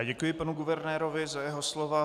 Děkuji panu guvernérovi za jeho slova.